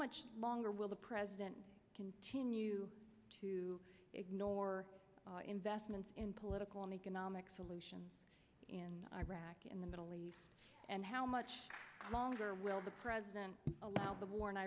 much longer will the president continue to ignore investments in political and economic solution in iraq in the middle east and how much longer will the president allow the war in